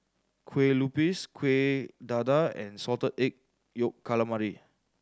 Kueh Lupis Kuih Dadar and Salted Egg Yolk Calamari